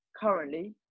currently